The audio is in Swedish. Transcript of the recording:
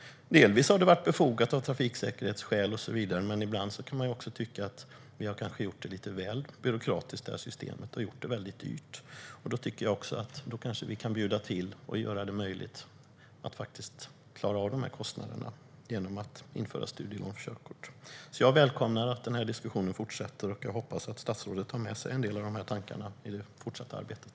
Delvis har det varit befogat av trafiksäkerhetsskäl och så vidare, men ibland kan man också tycka att vi har gjort systemet lite väl byråkratiskt och dyrt. Då tycker jag att vi också kan bjuda till och göra det möjligt att klara av kostnaderna genom att införa studielån för körkort. Jag välkomnar att diskussionen fortsätter, och jag hoppas att statsrådet tar med sig en del av de här tankarna i det fortsatta arbetet.